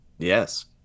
Yes